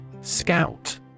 Scout